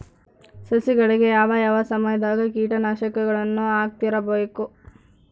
ಸಸಿಗಳಿಗೆ ಯಾವ ಯಾವ ಸಮಯದಾಗ ಕೇಟನಾಶಕಗಳನ್ನು ಹಾಕ್ತಿರಬೇಕು?